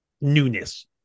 newness